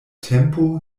tempo